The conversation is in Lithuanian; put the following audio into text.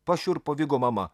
pašiurpo vigo mama